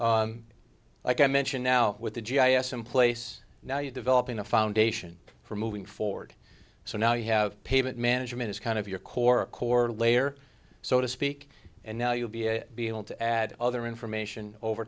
collected like i mentioned now with the g i s in place now you're developing a foundation for moving forward so now you have payment management is kind of your core core layer so to speak and now you'll be a be able to add other information over